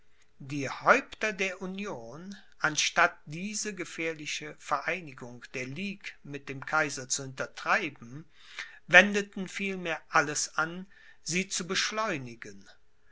die häupter der union anstatt diese gefährliche vereinigung der ligue mit dem kaiser zu hintertreiben wendeten vielmehr alles an sie zu beschleunigen